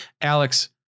Alex